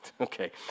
Okay